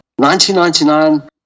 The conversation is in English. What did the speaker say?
1999